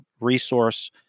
resource